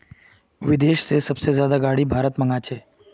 विदेश से सबसे ज्यादा गाडी भारत मंगा छे